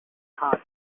heart